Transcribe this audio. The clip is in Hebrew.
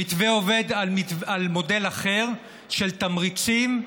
המתווה עובד על מודל אחר, של תמריצים,